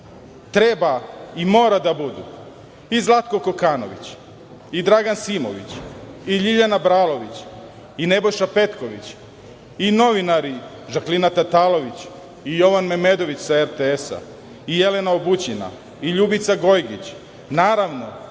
treba i mora da budu i Zlatko Kokanović i Dragan Simović i Ljiljana Bralović i Nebojša Petković i novinari Žaklina Tatalović, i Jovan Memedović sa RTS, i Jelena Obućina i Ljubica Gojdić, naravno